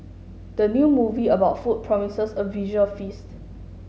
the new movie about food promises a visual feast